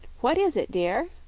what is it, dear?